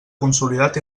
consolidat